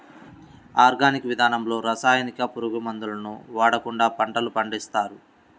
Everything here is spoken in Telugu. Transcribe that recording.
ఆర్గానిక్ విధానంలో రసాయనిక, పురుగు మందులను వాడకుండా పంటలను పండిస్తారు